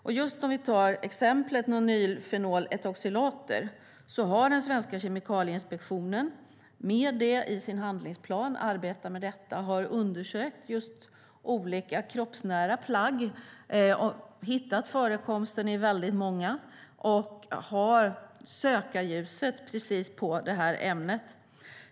När det gäller just exemplet nonylfenoletoxilater har den svenska kemikalieinspektionen med dem i sin handlingsplan och arbetar med detta. Man har undersökt olika kroppsnära plagg och hittat förekomst av detta ämne i många av dem. Man har sökarljuset på detta.